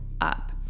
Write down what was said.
up